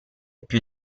più